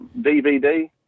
DVD